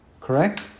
correct